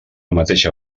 mateixa